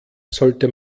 sollte